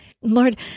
Lord